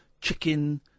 chicken